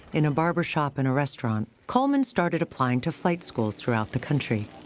in a barber shop and a restaurant, coleman started applying to flight schools throughout the country.